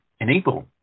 enable